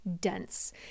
dense